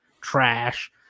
trash